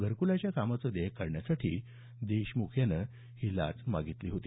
घरक्लाच्या कामाचं देयक काढण्यासाठी देशमुख यानं ही लाच मागितली होती